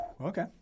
Okay